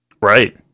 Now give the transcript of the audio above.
Right